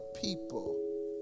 people